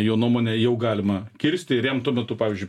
jo nuomone jau galima kirsti ir jam tuo metu pavyzdžiui